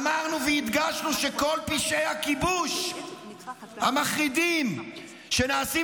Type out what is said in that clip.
אמרנו והדגשנו שכל פשעי הכיבוש המחרידים שנעשים